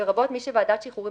לרבות מי שוועדת שחרורים